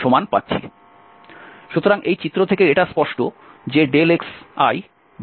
সুতরাং এই চিত্র থেকে এটা স্পষ্ট যে xili